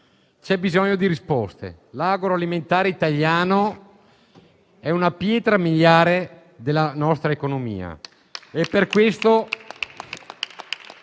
c'è bisogno di risposte. L'agroalimentare italiano è una pietra miliare della nostra economia